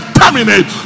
terminate